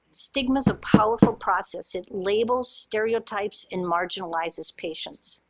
stigma is a powerful process. it labels stereotypes and marginalizes patients.